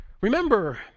remember